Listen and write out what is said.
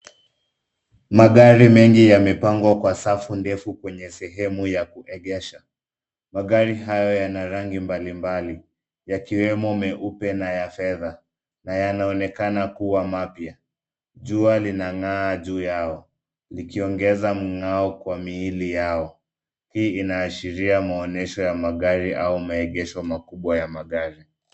Magari mengi yamepangwa kwa safu ndefu kwenye sehemu ya kuegesha. Magari hayo yana rangi mbalimbali yakiwemo meupe na ya fedha na yanaoekana kuwa mapya. Jua linang'aa juu yao likiongeza mng'ao kwa miili yao. Hii inaashiria maonesho ya magari au maegesho makubwa ya magari.